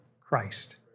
Christ